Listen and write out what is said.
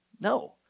No